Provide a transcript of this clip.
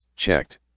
checked